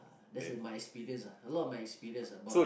that's in my experience ah a lot of my experience about